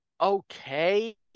okay